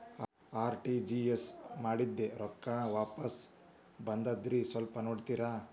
RTGS ಮಾಡಿದ್ದೆ ರೊಕ್ಕ ವಾಪಸ್ ಬಂದದ್ರಿ ಸ್ವಲ್ಪ ನೋಡ್ತೇರ?